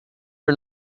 are